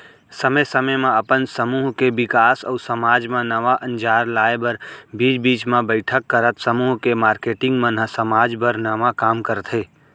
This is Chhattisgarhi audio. समे समे म अपन समूह के बिकास अउ समाज म नवा अंजार लाए बर बीच बीच म बइठक करत समूह के मारकेटिंग मन ह समाज बर नवा काम करथे